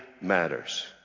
matters